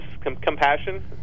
compassion